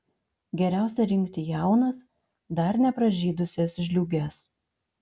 geriausia rinkti jaunas dar nepražydusias žliūges